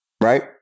Right